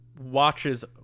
watches